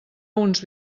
uns